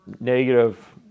negative